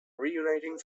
reuniting